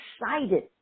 excited